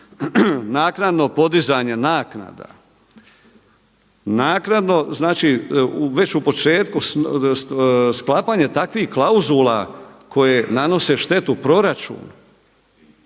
naknadno podizanje naknada, naknadno znači već u početku sklapanje takvih klauzula koje nanose štetu proračunu